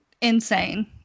insane